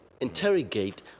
interrogate